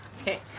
Okay